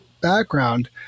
background